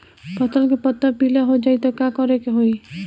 फसल के पत्ता पीला हो जाई त का करेके होई?